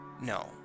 No